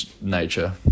Nature